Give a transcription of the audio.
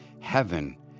heaven